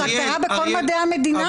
זאת הגדרה בכל מדעי המדינה.